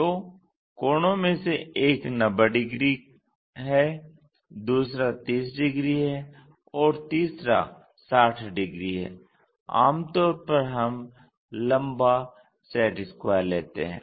तो कोणों में से एक 90 डिग्री है दूसरा 30 डिग्री है और तीसरा 60 डिग्री हैआमतौर पर हम लंबा सेट स्क्वायर लेते हैं